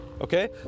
Okay